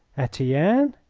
etienne!